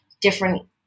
different